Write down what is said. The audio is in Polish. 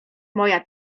moja